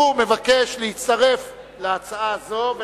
להצעתו, והוא מבקש להצטרף להצעה זו.